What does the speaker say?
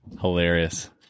Hilarious